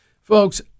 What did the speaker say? folks